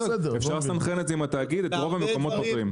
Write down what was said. אפשר לסנכרן את זה עם התאגיד ברוב המקומות סוגרים.